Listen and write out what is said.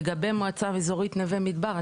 לגבי מועצה אזורית נווה מדבר,